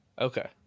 Okay